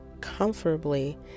comfortably